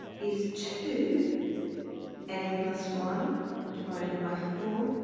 is two n plus one divided by four